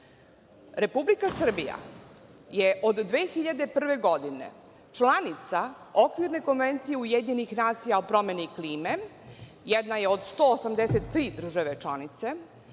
godinu. Republika Srbija je od 2001. godine članica Okvirne konvencije UN o promeni klime, jedna je od 183. države članice,